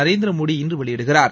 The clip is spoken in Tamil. நரேந்திர மோடி இன்று வெளியிடுகிறார்